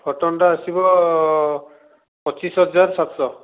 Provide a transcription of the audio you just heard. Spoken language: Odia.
ଫୋଟନ୍ଟା ଆସିବ ପଚିଶ ହଜାର ସାତଶହ